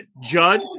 Judd